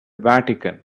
vatican